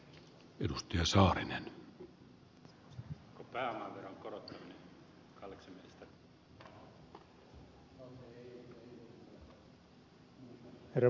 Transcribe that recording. herra puhemies